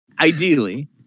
Ideally